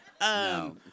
No